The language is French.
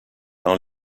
dans